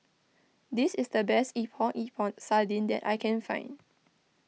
this is the best Epok Epok Sardin that I can find